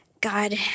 God